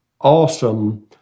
awesome